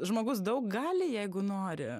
žmogus daug gali jeigu nori